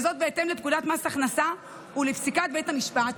וזאת בהתאם לפקודת מס הכנסה ולפסיקת בית המשפט,